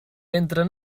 entre